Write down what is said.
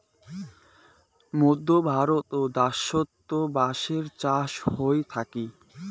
মধ্য ভারত দ্যাশোত বাঁশের চাষ হই থাকি